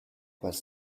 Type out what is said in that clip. was